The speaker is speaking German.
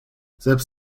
selbst